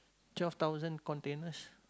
twelve thousand containers